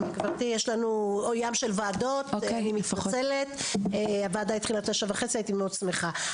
גברתי אני מתנצלת הוועדה התחילה כבר ב-9:30 ואנחנו צריכים לסיים.